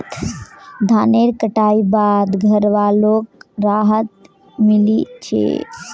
धानेर कटाई बाद घरवालोक राहत मिली छे